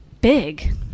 big